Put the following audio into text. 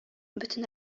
бөтен